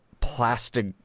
plastic